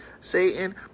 Satan